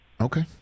Okay